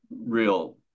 real